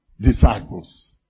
disciples